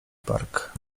park